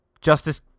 Justice